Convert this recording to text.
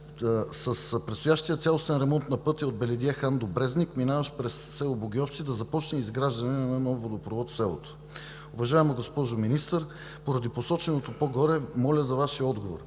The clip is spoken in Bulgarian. с предстоящия цялостен ремонт на пътя от Белидие хан до Брезник, минаващ през село Богьовци, да започне изграждане на нов водопровод в селото. Уважаема госпожо Министър, поради посоченото по-горе моля за Вашия отговор: